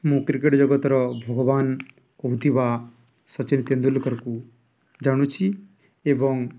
ମୁଁ କ୍ରିକେଟ୍ ଜଗତର ଭଗବାନ କହୁଥିବା ସଚିନ୍ ତେନ୍ଦୁଲକରକୁ ଜାଣୁଛି ଏବଂ